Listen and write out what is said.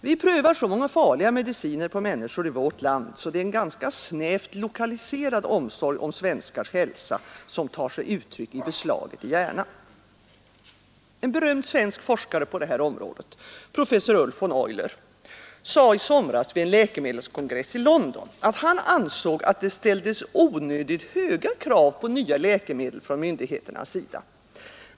Vi prövar så många farliga mediciner på människor i vårt land att det är en ganska snävt lokaliserad omsorg om svenskars hälsa som tar sig uttryck i beslaget i Järna. En berömd svensk forskare på det här området, professor Ulf von Euler, sade i somras vid en läkemedelskongress i London, att han ansåg att det ställdes onödigt höga krav på nya läkemedel från myndigheternas sida.